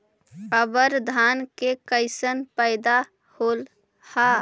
अबर धान के कैसन पैदा होल हा?